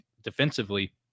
defensively